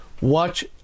Watch